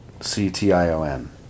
c-t-i-o-n